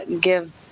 Give